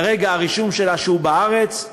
כרגע הרישום שלה שהיא בארץ,